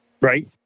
Right